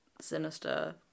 sinister